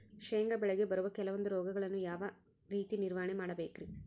ಶೇಂಗಾ ಬೆಳೆಗೆ ಬರುವ ಕೆಲವೊಂದು ರೋಗಗಳನ್ನು ಯಾವ ರೇತಿ ನಿರ್ವಹಣೆ ಮಾಡಬೇಕ್ರಿ?